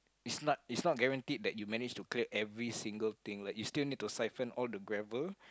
is not is not guaranteed that you manage to clear every single thing like you still need to siphon the gravel